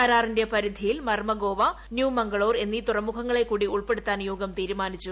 കരാറിന്റെ പരിധിയിൽ മർമഗോവ ന്യൂ മാംഗളോർ എന്നീ തുറമുഖങ്ങളെ കൂടി ഉൾപ്പെടുത്താൻ യോഗം തീരുമാനിച്ചു